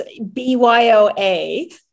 BYOA